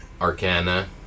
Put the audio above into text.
Arcana